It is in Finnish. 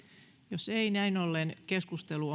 jos ei näin ollen keskustelu